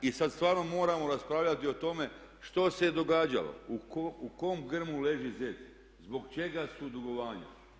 I sada stvarno moramo raspravljati o tome što se je događalo, u kom grmu leži zec, zbog čega su dugovanja.